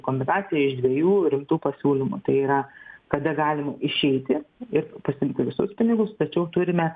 kombinaciją iš dviejų rimtų pasiūlymų tai yra kada galim išeiti ir pasiimti visus pinigus tačiau turime